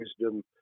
wisdom